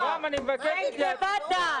רם, אני מבקש התייעצות.